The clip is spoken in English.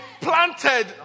planted